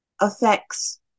affects